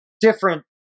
different